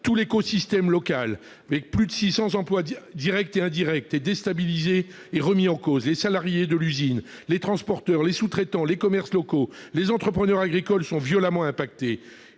Tout l'écosystème local avec plus de 600 emplois directs et indirects est déstabilisé et remis en cause : les salariés de l'usine, les transporteurs, les sous-traitants, les commerces locaux et les entrepreneurs agricoles sont violemment affectés.